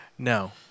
No